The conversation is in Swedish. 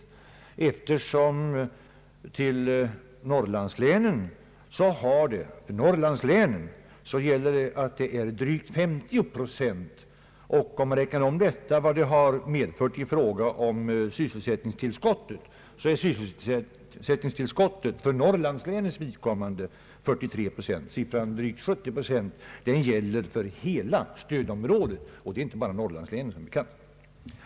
Den rätta siffran för norrlandslänen är drygt 50 procent. Om man räknar om vad det har medfört i fråga om sysselsättningstillskottet är siffran för norrlandslänens vidkommande 43 procent. Siffran drygt 70 procent gäller för hela stödområdet, och däri ingår som bekant inte bara norrlandslänen.